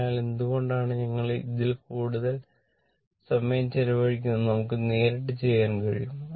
അതിനാൽ എന്തുകൊണ്ടാണ് ഞങ്ങൾ ഇതിൽ കൂടുതൽ സമയം ചെലവഴിക്കുന്നത് നമുക്ക് നേരിട്ട് ചെയ്യാൻ കഴിയും